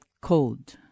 cold